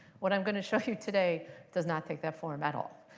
what i'm going to show you today does not take that form at all.